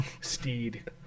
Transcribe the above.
steed